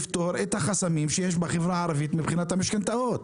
לפתור את החסמים שיש בחברה הערבית מבחינת משכנתאות.